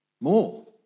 more